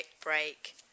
break